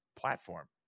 platform